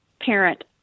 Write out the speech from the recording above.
parent